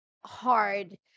hard